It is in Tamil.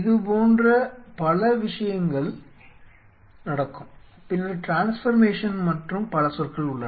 இதுபோன்ற பல விஷயங்கள் நடக்கும் பின்னர் ட்ரான்ஸ்ஃபர்மேஷன் மற்றும் பல சொற்கள் உள்ளன